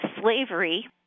slavery